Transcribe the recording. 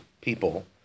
people